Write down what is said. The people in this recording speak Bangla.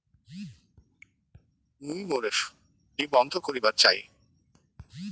মুই মোর এফ.ডি বন্ধ করিবার চাই